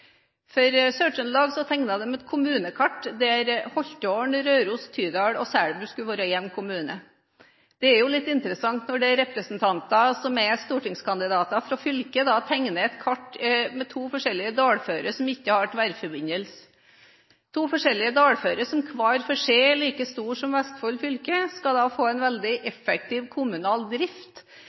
For Sør-Trøndelag tegnet de et kommunekart der Holtdalen, Røros, Tydal og Selbu skulle være én kommune. Det er jo litt interessant når representanter fra fylket som er stortingskandidater, tegner et kommunekart med to forskjellige dalfører som ikke har tverrforbindelse, to forskjellige dalfører som hver for seg er like store som Vestfold fylke. Disse skal da få en veldig effektiv kommunal drift